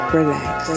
relax